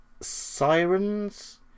Sirens